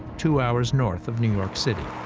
two hours north of new york city.